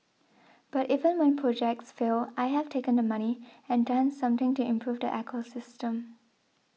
but even when projects fail I have taken the money and done something to improve the ecosystem